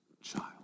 child